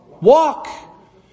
walk